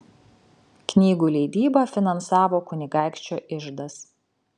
knygų leidybą finansavo kunigaikščio iždas